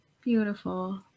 Beautiful